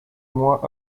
mois